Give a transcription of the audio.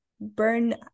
burn